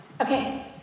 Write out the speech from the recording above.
Okay